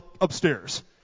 upstairs